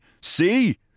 see